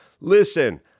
listen